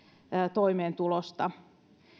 toimeentulosta